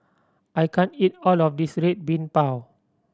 I can't eat all of this Red Bean Bao